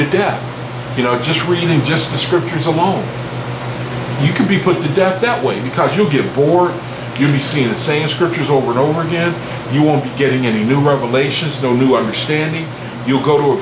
to death you know just reading just the scriptures alone you can be put to death that way because you get bored you see the same scriptures over and over again you won't be getting any new revelations no new understanding you'll go to a